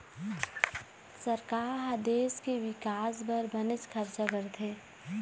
सरकार ह देश के बिकास बर बनेच खरचा करथे